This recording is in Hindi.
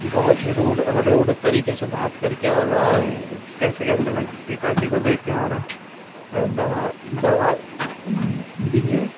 बहुत ही रुड रुड तरीके से बात करके और कैसे कैसे पिताजी को देखें और दवा दवा दिनिए